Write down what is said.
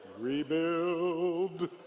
rebuild